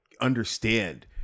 understand